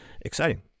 exciting